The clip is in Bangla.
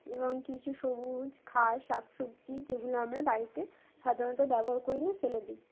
এবং কিছু সবুজ খাস শাক সবজি যেগুলো আমরা বাড়িতে সাধারণত ব্যবহার করে নিয়ে ফেলে দিই